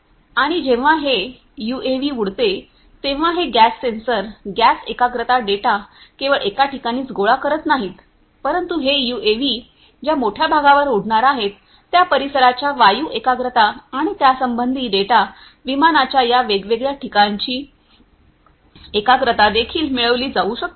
आणि जेव्हा हे यूएव्ही उडते तेव्हा हे गॅस सेन्सर गॅस एकाग्रता डेटा केवळ एका ठिकाणीच गोळा करत नाहीत परंतु हे यूएव्ही ज्या मोठ्या भागावर उडणार आहे त्या परिसराच्या वायू एकाग्रता आणि त्यासंबंधी डेटा विमानाच्या या वेगवेगळ्या ठिकाणी गॅसची एकाग्रता देखील मिळविली जाऊ शकते